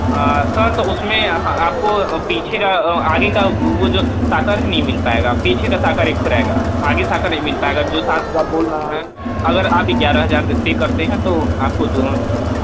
sir तो उसमें आपको पीछे का आगे का वो जो साकर ही नही मिल पाएगा पीछे का साकर आगे साकर नहीं मिल पाएगा जो सात हजार बोल रहा है अगर आप ग्यारह हजार पे करते है तो आपको दोनो मिल जाएगा